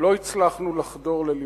לא הצלחנו לחדור ללבותיכם.